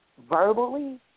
Verbally